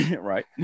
Right